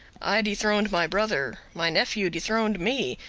i dethroned my brother my nephew dethroned me,